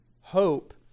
hope